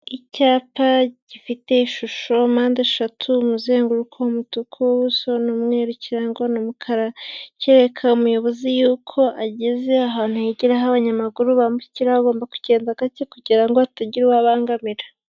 Icyapa gifite ishusho mpandeshatu, umuzenguruko, umutuku, ubuso ni umweru ikirango ni umukara, kirereka umuyobozi yuko ageze ahantu hegereye aho abanyamaguru bamukira, agomba kugenda gake kugira ngo atagira uwo abangamira.